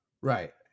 right